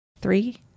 three